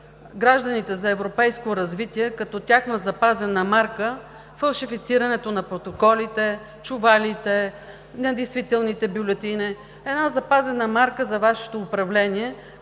гражданите за европейско развитие като тяхна запазена марка – фалшифицирането на протоколите, чувалите, недействителните бюлетини, една запазена марка за Вашето управление,